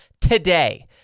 today